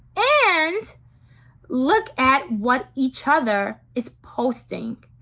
and look at what each other is posting.